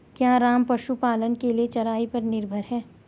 क्या राम पशुपालन के लिए चराई पर निर्भर है?